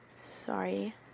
Sorry